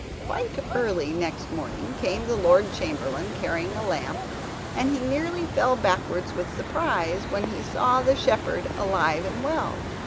quite early next morning came the lord chamberlain, carrying a lamp and he nearly fell backwards with surprise when he saw the shepherd alive and well.